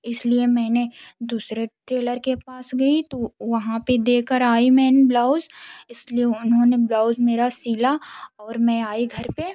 इसलिए मैं दूसरे टेलर के पास गई तो वहाँ पर देखकर आई में ब्लाउज इसलिए उन्होंने ब्लाउज मेरा सिला और मैं आई घर पर